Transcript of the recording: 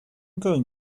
going